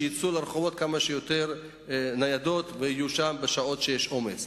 שיצאו לרחובות כמה שיותר ניידות ויהיו שם בשעות שיש בהן עומס.